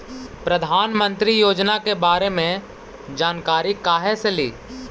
प्रधानमंत्री योजना के बारे मे जानकारी काहे से ली?